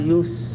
use